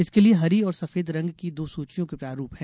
इसके लिए हरी और सफेद रंग की दो सूचियों के प्रारूप है